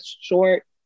short